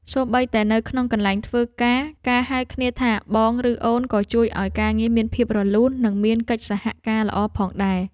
សូម្បីតែនៅក្នុងកន្លែងធ្វើការការហៅគ្នាថាបងឬអូនក៏ជួយឱ្យការងារមានភាពរលូននិងមានកិច្ចសហការល្អផងដែរ។